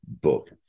book